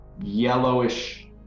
yellowish